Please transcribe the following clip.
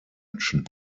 menschen